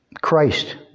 Christ